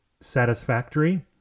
satisfactory